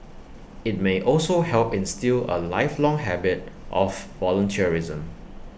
IT may also help instil A lifelong habit of volunteerism